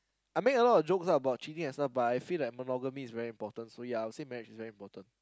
I make a lot of jokes lah about cheating and stuff but I feel that monogomy is very important so ya I would say marriage is very important